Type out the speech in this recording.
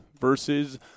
versus